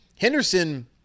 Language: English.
Henderson